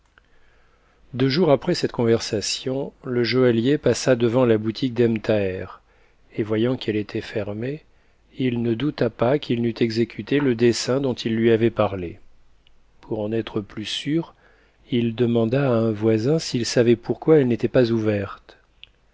deux jours après cette conversation le joaillier passa devant la boutique d'ebn thaher et voyant qu'elle était fermée il ne douta pas qu'i n'eut exécuté le dessein dont il lui avait parlé pour en être plus sûr il demanda à un voisin s'il savait pourquoi elle n'était pas ouverte